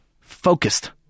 focused